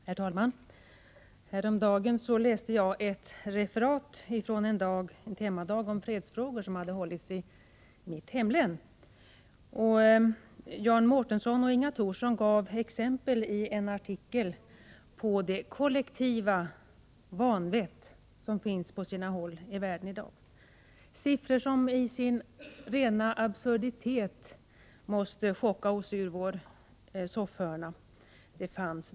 Herr talman! Häromdagen läste jag ett referat från en temadag om fredsfrågor som hade anordnats i mitt hemlän. Jan Mårtenson och Inga Thorsson gav i artikeln exempel på det kollektiva vanvett som finns på sina hålli världen i dag. Det var siffror som i sin absurditet måste chocka oss och få oss ur vår soffhörna.